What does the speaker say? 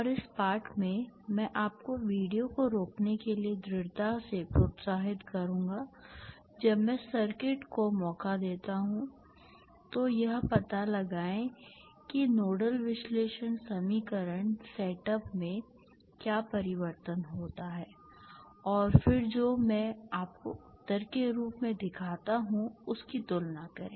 और इस पाठ में मैं आपको वीडियो को रोकने के लिए दृढ़ता से प्रोत्साहित करूंगा जब मैं सर्किट को मौका देता हूं तो यह पता लगाएं कि नोडल विश्लेषण समीकरण सेटअप में क्या परिवर्तन होता है और फिर जो मैं आपको उत्तर के रूप में दिखाता हूं उसकी तुलना करें